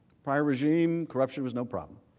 prior regime, corruption was no problem.